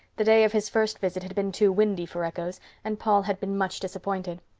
the day of his first visit had been too windy for echoes and paul had been much disappointed.